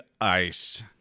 ice